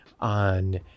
on